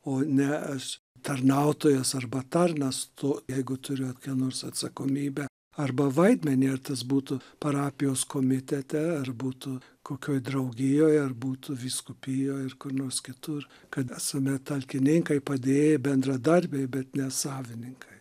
o ne aš tarnautojas arba tarnas tu jeigu turi kokią nors atsakomybę arba vaidmenį ar tas būtų parapijos komitete ar būtų kokioj draugijoj ar būtų vyskupijoj ar kur nors kitur kad esame talkininkai padėjėjai bendradarbiai bet ne savininkai